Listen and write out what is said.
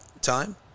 time